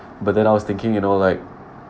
but then I was thinking you know like